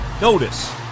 Notice